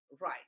right